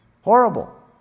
Horrible